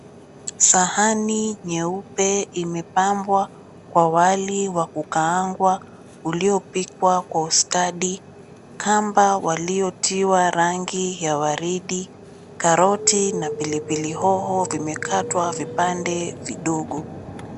Sahani nyeupe imepambwa kwa wali wa kukaangwa uliopikwa kwa ustadi, kamba waliotiwa rangi ya waridi, karoti na pilipili hoho vimekatwa vipande vidogo.